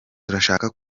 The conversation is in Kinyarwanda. turashaka